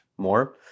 More